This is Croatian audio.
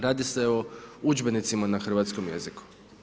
Radi se o udžbenicima na Hrvatskom jeziku.